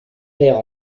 perd